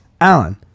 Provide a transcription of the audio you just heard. Alan